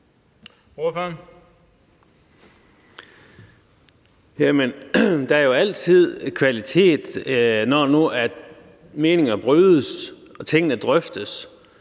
Der er jo altid kvalitet, når nu meninger brydes og tingene drøftes